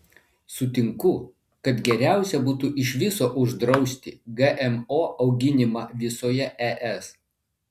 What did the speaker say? sutinku kad geriausia būtų iš viso uždrausti gmo auginimą visoje es